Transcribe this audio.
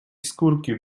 skórki